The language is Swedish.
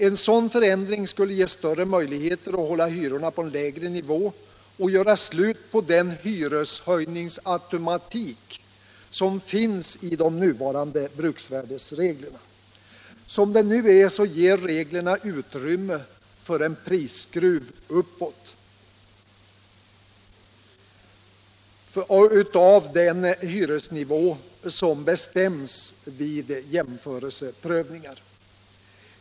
En sådan förändring skulle ge större möjligheter att hålla hyrorna på en lägre nivå och göra slut på den hyreshöjningsautomatik som finns i de nuvarande bruksvärdesreglerna. Som det nu är ger reglerna utrymme för en prisskruv uppåt av den hyresnivå som bestäms vid jämförelseprövningar.